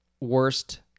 worst